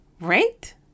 Right